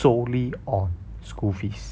solely on school fees